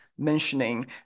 mentioning